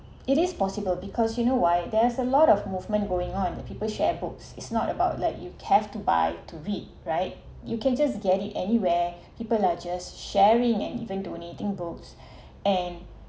it is possible because you know why there's a lot of movement going on that people share books is not about like you have to buy to read right you can just get it anywhere people are just sharing and even donating books and